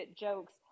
jokes